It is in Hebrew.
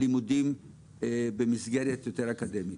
בהתאם להחלטות.